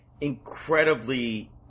incredibly